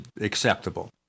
acceptable